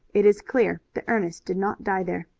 it is clear that ernest did not die there.